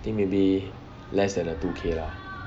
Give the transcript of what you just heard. I think maybe less than err two K lah